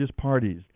parties